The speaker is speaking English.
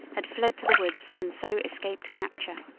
had fled to the woods, and so escaped capture.